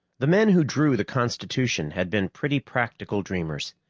the men who drew the constitution had been pretty practical dreamers.